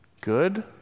good